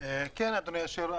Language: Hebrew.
אדוני היושב-ראש,